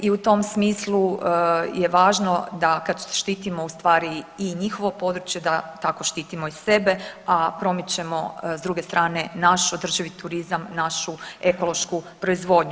I u tom smislu je važno da kad štitimo ustvari i njihovo područje da tako štitimo i sebe, a promičemo s druge strane naš održivi turizam, našu ekološku proizvodnju.